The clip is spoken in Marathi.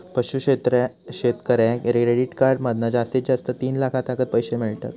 पशू शेतकऱ्याक क्रेडीट कार्ड मधना जास्तीत जास्त तीन लाखातागत पैशे मिळतत